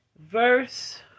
Verse